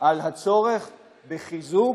על הצורך בחיזוק,